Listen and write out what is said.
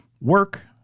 work